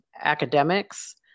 academics